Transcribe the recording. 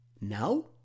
Now